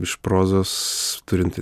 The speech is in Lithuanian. iš prozos turint